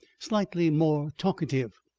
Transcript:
slightly more talkative.